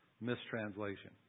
mistranslation